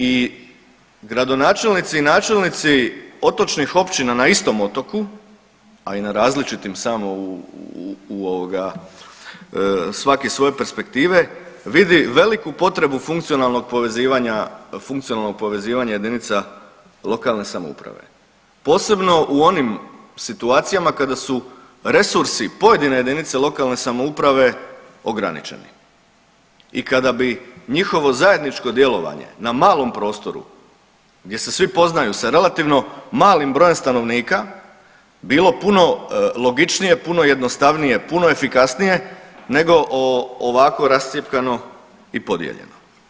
I gradonačelnici i načelnici otočnih općina na istom otoku, a i na različitim samo svaki svoje perspektive vidi veliku potrebu funkcionalnog povezivanja jedinica lokalne samouprave posebno u onim situacijama kada su resursi pojedine jedinice lokalne samouprave ograničeni i kada bi njihovo zajedničko djelovanje na malom prostoru gdje se svi poznaju sa relativno malim brojem stanovnika bilo puno logičnije, puno jednostavnije, puno efikasnije nego ovako rascjepkano i podijeljeno.